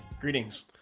Greetings